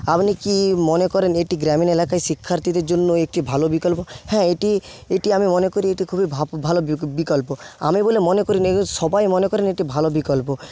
আপনি কি মনে করেন যে এটি গ্রামীণ এলাকায় শিক্ষার্থীদের জন্য একটি ভালো বিকল্প হ্যাঁ এটি এটি আমি মনে করি এটি খুবই ভালো বিকল্প আমি বলে মনে করি না এমনি সবাই মনে করেন ভালো বিকল্প